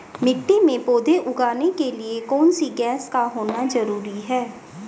मिट्टी में पौधे उगाने के लिए कौन सी गैस का होना जरूरी है?